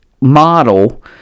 model